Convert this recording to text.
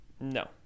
No